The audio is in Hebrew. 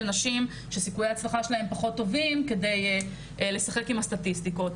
נשים שסיכויי ההצלחה שלהם פחות טובים כדי לשחק עם הסטטיסטיקות.